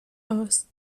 aus